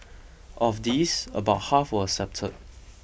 of these about half were accepted